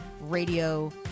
radio